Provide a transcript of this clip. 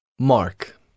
Mark